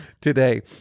today